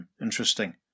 interesting